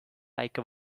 like